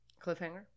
Cliffhanger